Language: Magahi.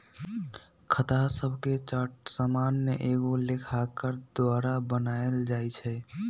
खता शभके चार्ट सामान्य एगो लेखाकार द्वारा बनायल जाइ छइ